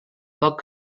poc